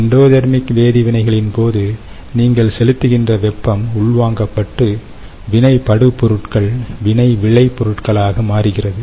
endothermic வேதி வினைகளின் போது நீங்கள் செலுத்துகின்ற வெப்பம் உள்வாங்கப்பட்டு வினை படு பொருட்கள் வினை விளை பொருட்களாக மாறுகிறது